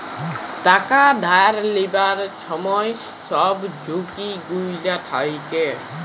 টাকা ধার লিবার ছময় ছব ঝুঁকি গুলা থ্যাকে